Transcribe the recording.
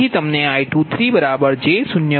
તેથી તમને I23j0